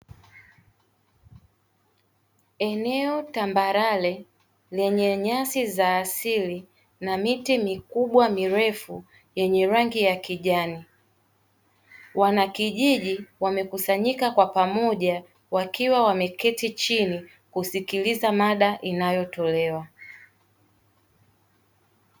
Eneo tambarare lenye nyasi za asili na miti mikubwa mirefu yenye rangi ya kijani. Wanakijiji wamekusanyika kwa pamoja wakiwa wameketi chini kusikiliza mada inayotolewa.